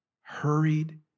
hurried